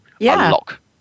unlock